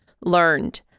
learned